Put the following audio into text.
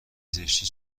زشتی